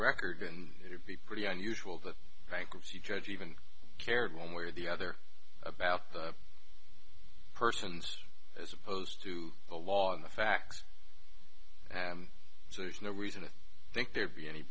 record and it would be pretty unusual that bankruptcy judge even cared one way or the other about the persons as opposed to the law and the facts so there's no reason to think there'd be any